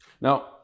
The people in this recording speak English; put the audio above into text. Now